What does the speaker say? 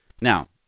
Now